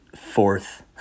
fourth